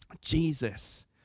Jesus